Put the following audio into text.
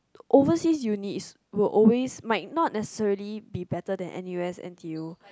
overseas uni is were always might not necessary be better than n_u_s n_t_u